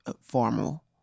formal